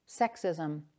sexism